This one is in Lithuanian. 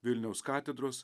vilniaus katedros